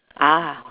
ah